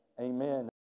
amen